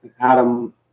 Adam